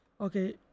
okay